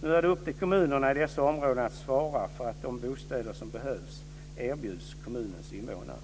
Nu är det upp till kommunerna i dessa områden att svara för att de bostäder som behövs erbjuds kommunernas innevånare.